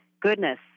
goodness